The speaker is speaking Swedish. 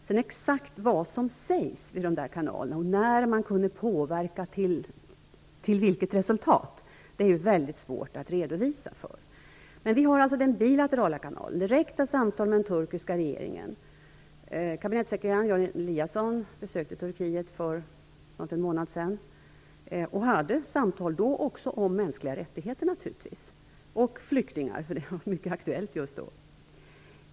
Vad som sedan exakt sägs via dessa kanaler och när man kunnat påverka och till vilket resultat är väldigt svårt att redovisa. Vi har den bilaterala kanalen: direkta samtal med den turkiska regeringen. Kabinettssekreterare Jan Eliasson besökte Turkiet för snart en månad sedan och förde då naturligtvis samtal även om mänskliga rättigheter. Även flyktingar togs upp - det var ju mycket aktuellt just då.